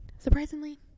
surprisingly